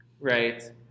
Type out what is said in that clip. right